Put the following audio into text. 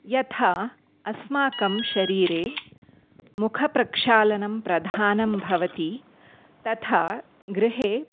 यथा अस्माकं शरीरे मुखप्रक्षालनं प्रधानं भवति तथा गृहे